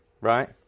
Right